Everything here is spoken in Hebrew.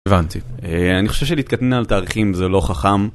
הבנתי, אני חושב שלהתקטנן על תאריכים זה לא חכם